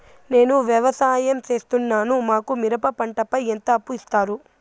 నేను వ్యవసాయం సేస్తున్నాను, మాకు మిరప పంటపై ఎంత అప్పు ఇస్తారు